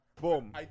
Boom